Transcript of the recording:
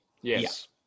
Yes